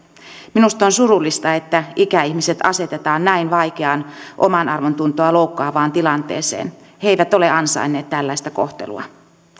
minusta on surullista että ikäihmiset asetetaan näin vaikeaan omanarvontuntoa loukkaavaan tilanteeseen he eivät ole ansainneet tällaista kohtelua